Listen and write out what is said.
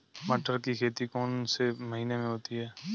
मटर की खेती कौन से महीने में होती है?